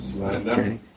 Okay